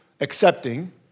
Accepting